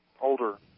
older